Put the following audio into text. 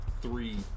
three